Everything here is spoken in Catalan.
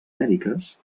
mèdiques